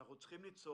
אנחנו צריכים ליצור